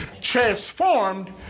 transformed